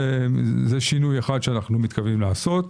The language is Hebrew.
זה שינוי אחד שאנו מתכוונים לעשות.